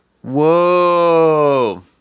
Whoa